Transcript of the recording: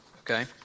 Okay